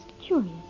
curious